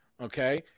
Okay